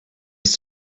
ist